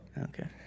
okay